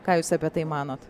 ką jūs apie tai manot